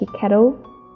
kettle